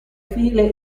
file